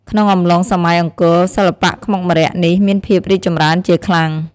ក្នុងអំឡុងសម័យអង្គរ សិល្បៈខ្មុកម្រ័ក្សណ៍នេះមានភាពរីកចម្រើនជាខ្លាំង។